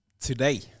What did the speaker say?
today